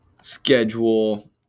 Schedule